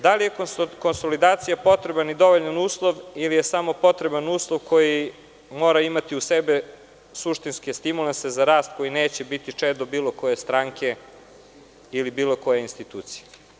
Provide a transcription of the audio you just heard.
Da li je konsolidacija potreban i dovoljan uslov ili je samo uslov koji mora imati uz sebe suštinske stimulanse za rast koji neće biti čedo bilo koje stranke ili bilo koje institucije?